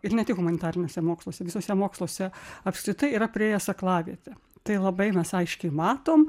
ir ne tik humanitariniuose moksluose visuose moksluose apskritai yra priėjęs aklavietę tai labai aiškiai matom